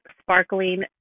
sparkling